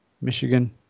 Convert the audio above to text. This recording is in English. Michigan